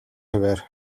хэвээр